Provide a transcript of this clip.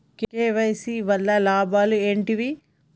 KYC వల్ల లాభాలు ఏంటివి?